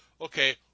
okay